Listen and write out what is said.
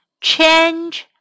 change